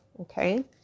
okay